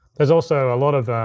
there's also a lot of